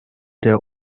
der